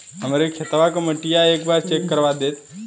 हमरे खेतवा क मटीया एक बार चेक करवा देत?